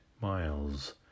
miles